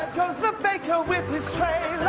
goes the baker with his tray